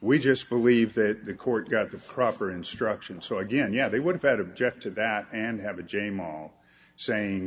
we just believe that the court got the proper instruction so again yeah they would have had objected that and have a jame all saying